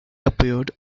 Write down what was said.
appeared